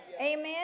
Amen